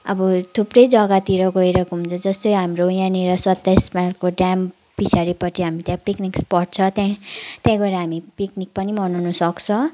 अब थुप्रै जग्गातिर गएर घुम्छ जस्तै हाम्रो यहाँनिर सत्ताइस माइलको ड्याम पछाडिपट्टि हामी त्यहाँ पिक्निक स्पट छ त्यहाँ त्यहाँ गएर हामी पिक्निक पनि मनाउनुसक्छ